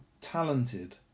talented